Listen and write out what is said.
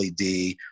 LED